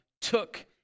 took